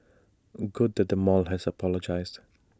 good that the mall has apologised